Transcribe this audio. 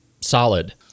solid